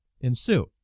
ensue